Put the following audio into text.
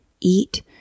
eat